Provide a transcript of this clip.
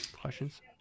questions